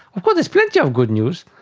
um ah there's plenty of good news.